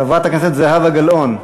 חברת הכנסת זהבה גלאון.